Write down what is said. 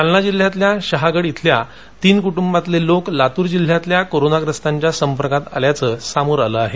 जालना जिल्ह्यातल्या शहागड इथल्या तीन कुटुंबांतले लोक लातूर जिल्ह्यातल्या कोरोनाप्रस्तांच्या संपर्कात आल्याचं समोर आलं आहे